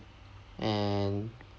and